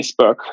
Facebook